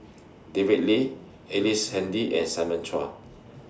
David Lee Ellice Handy and Simon Chua